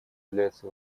является